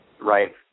Right